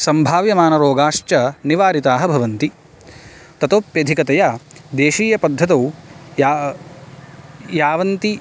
सम्भाव्यमानरोगाश्च निवारिताः भवन्ति ततोप्यधिकतया देशीयपद्धतौ यावन्ति